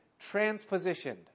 transpositioned